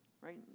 Right